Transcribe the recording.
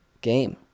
game